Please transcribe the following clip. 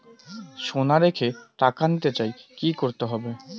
সোনা রেখে টাকা নিতে চাই কি করতে হবে?